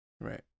Right